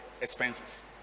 expenses